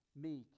meek